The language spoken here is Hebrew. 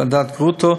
ועדת גרוטו,